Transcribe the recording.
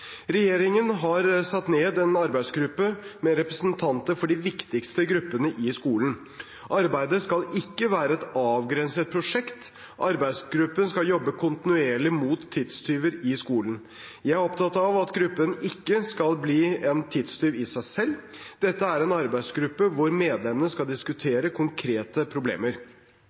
Regjeringen har satt ned en arbeidsgruppe med representanter for de viktigste gruppene i skolen. Arbeidet skal ikke være et avgrenset prosjekt. Arbeidsgruppen skal jobbe kontinuerlig mot tidstyver i skolen. Jeg er opptatt av at gruppen ikke skal bli en tidstyv i seg selv. Dette er en arbeidsgruppe der medlemmene skal diskutere konkrete problemer.